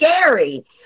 scary